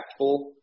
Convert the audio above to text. impactful